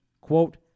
Quote